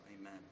amen